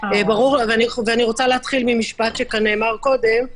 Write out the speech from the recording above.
ואני רוצה להתחיל ממשפט שנאמר קודם,